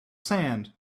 sand